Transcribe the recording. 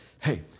hey